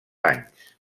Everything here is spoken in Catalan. anys